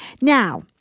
Now